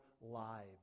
lives